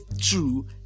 true